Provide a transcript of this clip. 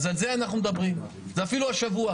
אז על זה אנחנו מדברים, זה אפילו השבוע.